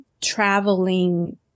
traveling